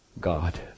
God